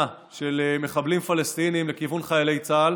של מחבלים פלסטינים לכיוון חיילי צה"ל.